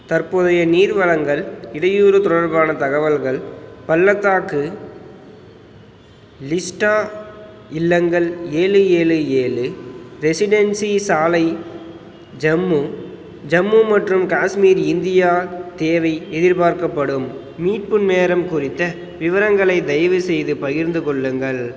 தற்போதைய நீர் வழங்கல் இடையூறு தொடர்பான தகவல்கள் பள்ளத்தாக்கு லிஸ்டா இல்லங்கள் ஏழு ஏழு ஏழு ரெசிடென்சி சாலை ஜம்மு ஜம்மு மற்றும் காஷ்மீர் இந்தியா தேவை எதிர்பார்க்கப்படும் மீட்பு நேரம் குறித்த விவரங்களை தயவுசெய்து பகிர்ந்துக்கொள்ளுங்கள்